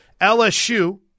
LSU